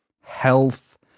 health